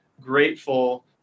grateful